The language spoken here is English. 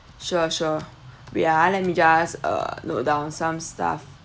sure sure wait ah let me just uh note down some stuff